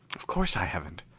of course i haven't.